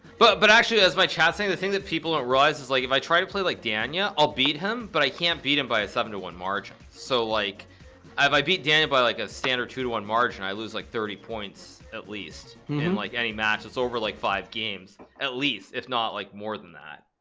but but actually as my chat saying the thing that people don't ah realize is like if i try to play like daniel i'll beat him but i can't beat him by a seven to one margin so like if i beat danny by like a standard two to one margin i lose like thirty points at least in like any match it's over like five games at least if not like more than that